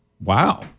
Wow